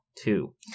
two